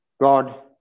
God